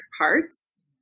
parts